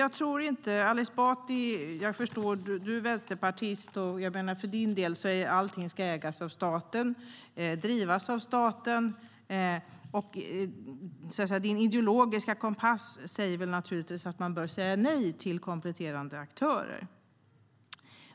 Ali Esbati är vänsterpartist, och för hans del ska allt ägas och drivas av staten. Hans ideologiska kompass säger naturligtvis att man bör säga nej till kompletterande aktörer.